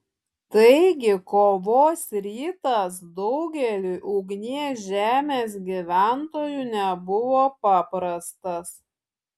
taigi kovos rytas daugeliui ugnies žemės gyventojų nebuvo paprastas